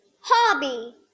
hobby